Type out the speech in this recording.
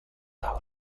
должна